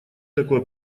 такое